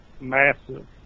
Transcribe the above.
massive